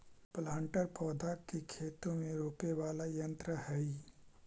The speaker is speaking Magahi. प्लांटर पौधा के खेत में रोपे वाला यन्त्र हई